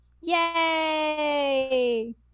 Yay